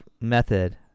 method